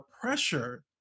pressure